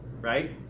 right